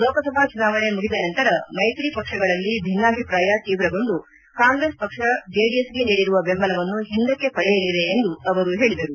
ಲೋಕಸಭಾ ಚುನಾವಣೆ ಮುಗಿದ ನಂತರ ಮೈತ್ರಿ ಪಕ್ಷಗಳಲ್ಲಿ ಭಿನ್ನಾಭಿಪ್ರಾಯ ತೀವ್ರಗೊಂಡು ಕಾಂಗ್ರೆಸ್ ಪಕ್ಷ ಜೆಡಿಎಸ್ಗೆ ನೀಡಿರುವ ಬೆಂಬಲವನ್ನು ಹಿಂದಕ್ಷೆ ಪಡೆಯಲಿದೆ ಎಂದು ಹೇಳಿದರು